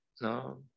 no